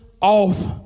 off